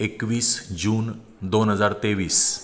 एकवीस जून दोन हजार तेवीस